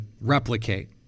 replicate